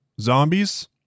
zombies